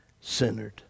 centered